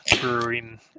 Brewing